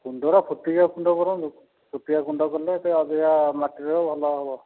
କୁଣ୍ଡଗୁଡା ଛୋଟିଆ କୁଣ୍ଡ କରନ୍ତୁ ଛୋଟିଆ କୁଣ୍ଡ କଲେ ତ ଅଧିକା ମାଟିରେ ଭଲ ହେବ